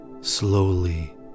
slowly